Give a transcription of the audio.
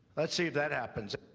let's see that happen.